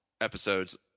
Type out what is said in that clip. episodes